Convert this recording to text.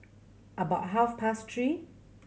about half past three